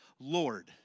Lord